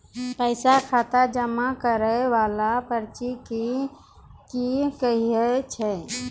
पैसा खाता मे जमा करैय वाला पर्ची के की कहेय छै?